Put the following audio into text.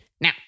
Now